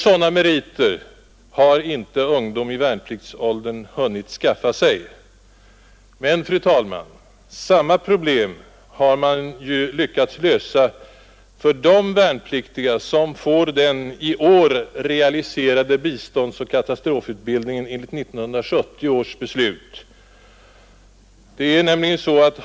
Sådana meriter har inte ungdom i värnpliktsåldern hunnit skaffa sig. Men, fru talman, samma problem har "man lyckats lösa för de värnpliktiga som får den i år realiserade biståndsoch katastrofutbildningen enligt 1970 års beslut.